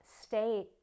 state